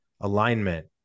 alignment